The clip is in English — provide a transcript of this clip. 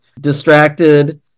distracted